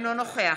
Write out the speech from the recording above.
אינו נוכח